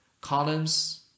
columns